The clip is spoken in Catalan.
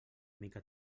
mica